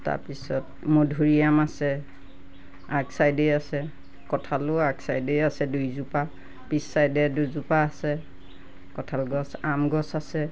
তাপিছত মধুৰিআম আছে আগচাইডেই আছে কঁঠালো আগচাইডেই আছে দুইজোপা আছে পিছ চাইডে দুজোপা আম আছে কঁঠাল গছ আম গছ আছে